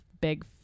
big